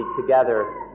together